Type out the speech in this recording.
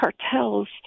cartels